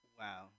Wow